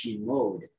mode